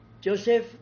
Joseph